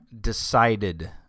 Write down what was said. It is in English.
decided